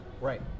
right